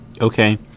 Okay